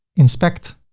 inspect,